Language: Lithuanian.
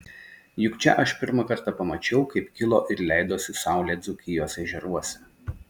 juk čia aš pirmą kartą pamačiau kaip kilo ir leidosi saulė dzūkijos ežeruose